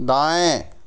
दाएं